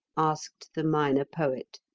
asked the minor poet.